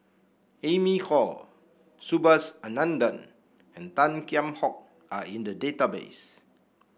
Amy Khor Subhas Anandan and Tan Kheam Hock are in the database